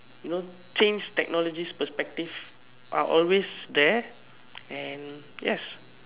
you know change technology's perspective are always there and yes